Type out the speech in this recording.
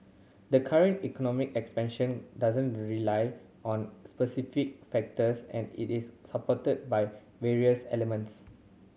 the current economic expansion doesn't rely on specific factors and it is supported by various elements